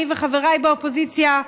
אני וחבריי באופוזיציה,